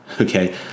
Okay